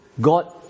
God